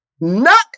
knock